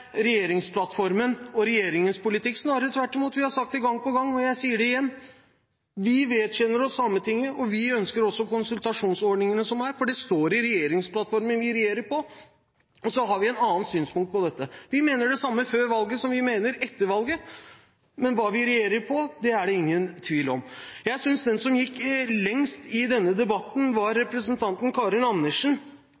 regjeringsplattformen og regjeringens politikk – snarere tvert imot. Vi har sagt det gang på gang, og jeg sier det igjen: Vi vedkjenner oss Sametinget, og vi ønsker også konsultasjonsordningene som finnes, for det står i regjeringsplattformen vi regjerer på, men vi har et annet synspunkt på dette. Vi mener det samme nå etter valget som vi mente før valget, men hva vi regjerer på, er det ingen tvil om. Jeg synes at den som gikk lengst i denne debatten, var